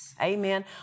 Amen